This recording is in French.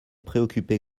préoccupé